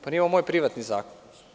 Pa, nije ovo moj privatni zakon.